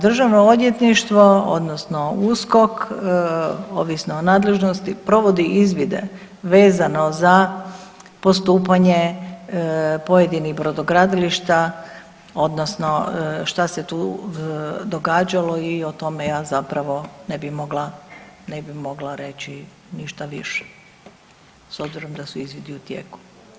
Državno odvjetništvo odnosno USKOK ovisno o nadležnosti provodi izvide vezano za postupanje pojedinih brodogradilišta odnosno šta se tu događalo i o tome ja zapravo ne bi mogla, ne bi mogla reći ništa više s obzirom da su izvidi u tijeku.